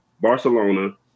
Barcelona